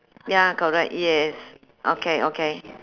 ya correct yes okay okay